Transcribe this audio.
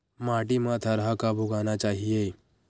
माटी मा थरहा कब उगाना चाहिए?